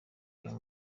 uyu